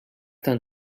tan